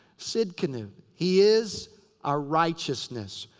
so tsidkenu. he is our righteousness.